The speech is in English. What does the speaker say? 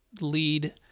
lead